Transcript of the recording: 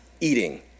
eating